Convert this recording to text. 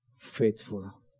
faithful